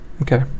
Okay